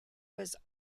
was